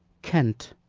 kent,